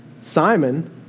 Simon